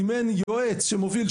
אם אין יועץ שמוביל,